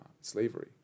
slavery